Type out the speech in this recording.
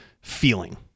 feeling